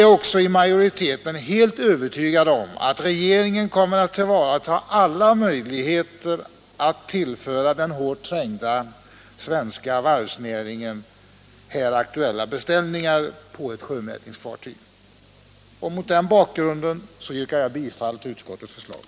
Majoriteten är också helt övertygad om att regeringen kommer att tillvarata alla möjligheter att tillföra den hårt trängda svenska varvsnäringen här aktuella beställning på ett sjömätningsfartyg. Mot den bakgrunden yrkar jag bifall till utskottets hemställan.